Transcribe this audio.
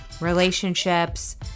relationships